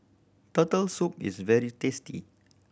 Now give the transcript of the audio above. Turtle Soup is very tasty